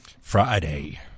Friday